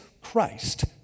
Christ